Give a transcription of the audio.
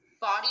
body